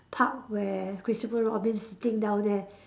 part where Christopher Robin sitting down there